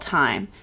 time